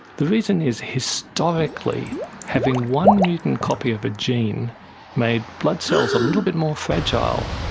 the reason is historically having one mutant copy of a gene made blood cells a little bit more fragile,